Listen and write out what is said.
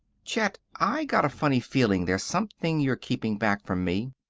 chet, i got a funny feeling there's something you're keeping back from me.